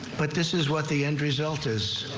but this is what the end result is.